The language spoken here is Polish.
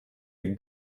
jak